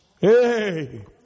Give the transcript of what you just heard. Hey